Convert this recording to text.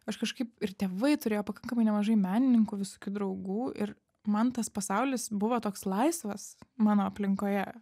aš kažkaip ir tėvai turėjo pakankamai nemažai menininkų visokių draugų ir man tas pasaulis buvo toks laisvas mano aplinkoje